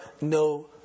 no